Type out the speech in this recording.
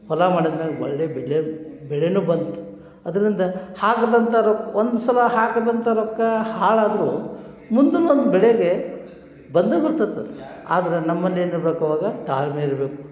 ಹೊಲ ಮಾಡಿದ್ಮೇಲೆ ಒಳ್ಳೆ ಬೆಲೆ ಬೆಳೆಯೂ ಬಂತು ಅದರಿಂದ ಹಾಕ್ದಂಥ ರೊಕ್ಕ ಒಂದ್ಸಲ ಹಾಕ್ದಂಥ ರೊಕ್ಕ ಹಾಳಾದ್ರೂ ಮುಂದಿನ ಒಂದು ಬೆಳೆಗೆ ಬಂದು ಬರ್ತೈತೆ ಆದ್ರೆ ನಮ್ಮಲ್ಲಿ ಏನು ಇರ್ಬೇಕು ಆವಾಗ ತಾಳ್ಮೆ ಇರಬೇಕು